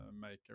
maker